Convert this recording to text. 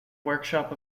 workshop